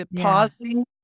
Pausing